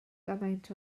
gymaint